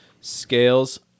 Scales